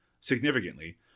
significantly